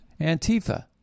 Antifa